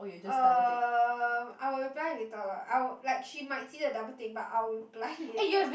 uh I'll reply later lah I'll like she might see the double tick but I'll reply later